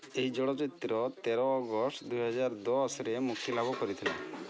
ଏହି ଚଳଚ୍ଚିତ୍ର ତେର ଅଗଷ୍ଟ ଦୁଇହଜାର ଦଶରେ ମୁକ୍ତିଲାଭ କରିଥିଲା